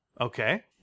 Okay